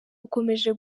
ukomeje